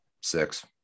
six